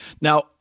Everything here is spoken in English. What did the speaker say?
now